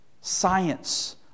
Science